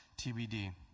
TBD